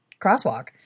crosswalk